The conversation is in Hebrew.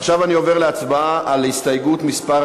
עכשיו אני עובר להצבעה על הסתייגות מס'